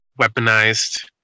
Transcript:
weaponized